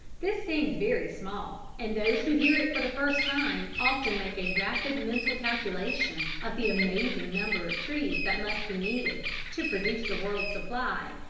this seems very small, and those who hear it for the first time often make a rapid mental calculation of the amazing number of trees that must be needed to produce the world's supply,